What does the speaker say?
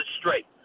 straight